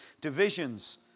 divisions